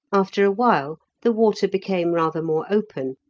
after a while the water became rather more open,